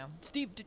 Steve